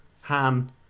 Han